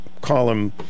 column